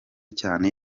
cyane